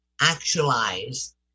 actualize